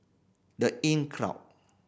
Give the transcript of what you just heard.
The Inncrowd